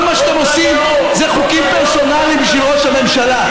כל מה שאתם עושים זה חוקים פרסונליים בשביל ראש הממשלה.